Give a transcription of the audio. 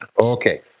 Okay